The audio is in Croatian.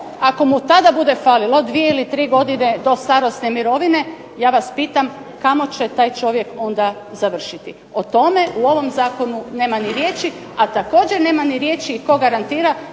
Ako mu tada bude falilo 2 ili 3 godine do starosne mirovine, ja vas pitam kamo će taj čovjek završiti? O tome u ovom zakonu nema ni riječi, a također nema riječi tko garantira